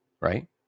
Right